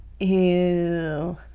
Ew